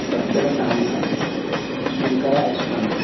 Battula Sainath Shunkara Yashwant